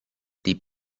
die